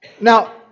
Now